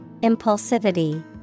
impulsivity